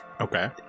Okay